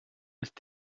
ist